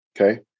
Okay